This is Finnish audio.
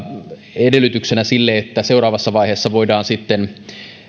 edellytyksenä sille että seuraavassa vaiheessa voidaan